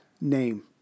name